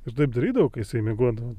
aš taip darydavau kai jisai miegodavo